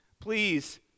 please